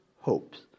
hopes